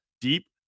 deep